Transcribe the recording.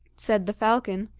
said the falcon,